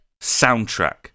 soundtrack